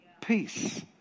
Peace